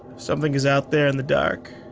something is out there in the dark.